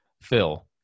Phil